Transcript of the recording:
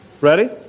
Ready